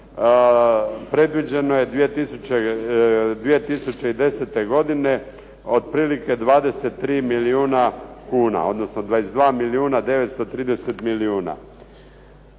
predviđeno je 2010. godine otprilike 23 milijuna kuna, odnosno 22 milijuna 930 milijuna.